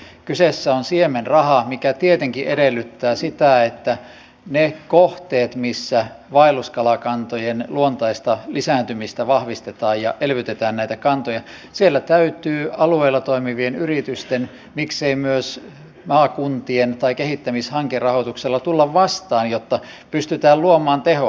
kyseessä on siemenraha mikä tietenkin edellyttää sitä että niissä kohteissa missä vaelluskalakantojen luontaista lisääntymistä vahvistetaan ja elvytetään näitä kantoja täytyy alueella toimivien yritysten miksei myös maakuntien rahoituksen tai kehittämishankerahoituksen tulla vastaan jotta pystytään luomaan tehoa